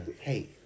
hey